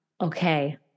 okay